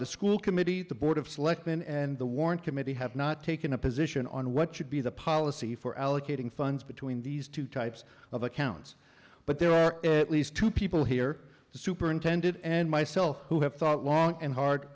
the school committee the board of selectmen and the warrant committee have not taken a position on what should be the policy for allocating funds between these two types of accounts but there are at least two people here the superintendent and myself who have thought long and hard